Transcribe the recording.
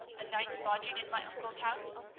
a night's lodging in my uncle's house?